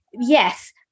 yes